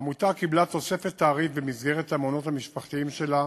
העמותה קיבלה תוספת תעריף במסגרות המעונות המשפחתיים שלה,